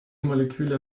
moleküle